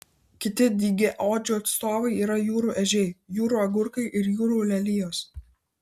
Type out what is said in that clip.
kiti dygiaodžių atstovai yra jūrų ežiai jūrų agurkai ir jūrų lelijos